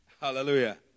Hallelujah